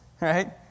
right